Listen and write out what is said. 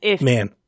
man